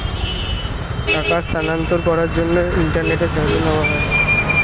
টাকার স্থানান্তরকরণের জন্য ইন্টারনেটের সাহায্য নেওয়া হয়